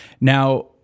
Now